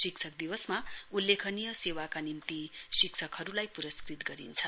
शिक्षक दिवसमा उल्लेखनीय सेवाका निम्ति शिक्षकहरूलाई पुरस्कृत गरिन्छ